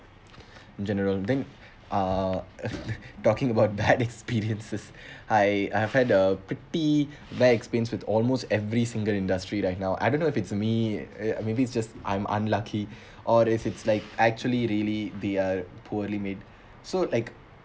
in general then uh talking about bad experiences I have had a pretty bad experience with almost every single industry right now I don't know if it's me uh maybe it's just I'm unlucky or if it's like actually really they are poorly made so like